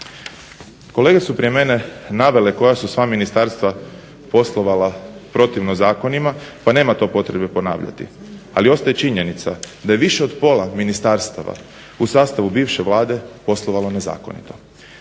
Kolege su prije mene navele koja su sva ministarstva poslovala protivno zakonima pa nema to potrebe ponavljati, ali ostaje činjenica da je više od pola ministarstava u sastavu bivše Vlade poslovalo nezakonito.